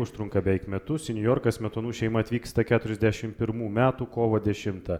užtrunka beveik metus į niujorką smetonų šeima atvyksta keturiasdešim pirmų metų kovo dešimtą